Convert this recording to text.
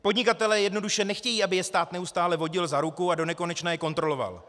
Podnikatelé jednoduše nechtějí, aby je stát neustále vodil za ruku a donekonečna je kontroloval.